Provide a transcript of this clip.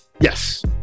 Yes